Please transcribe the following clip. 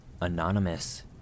Anonymous